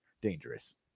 dangerous